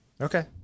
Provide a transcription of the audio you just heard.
Okay